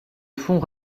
fonds